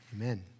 Amen